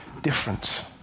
different